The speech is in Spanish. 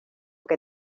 que